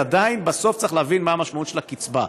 אז עדיין בסוף צריך להבין מה המשמעות של הקצבה.